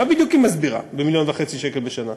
מה בדיוק היא מסבירה ב-1.5 מיליון שקל בשנה?